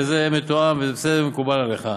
וזה מתואם וזה בסדר, מקובל עליך.